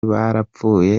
barapfuye